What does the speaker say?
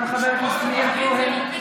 גם חבר הכנסת מאיר כהן לא הצביע.